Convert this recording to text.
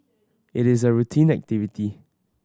it is a routine activity